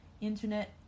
internet